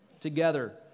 together